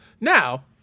Now